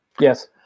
Yes